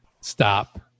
stop